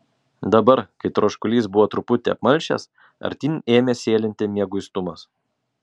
dabar kai troškulys buvo truputį apmalšęs artyn ėmė sėlinti mieguistumas